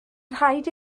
rhaid